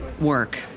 work